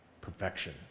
perfection